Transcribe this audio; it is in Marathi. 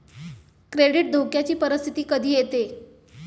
क्रेडिट धोक्याची परिस्थिती कधी येते